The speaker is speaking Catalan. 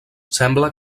sembla